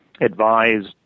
advised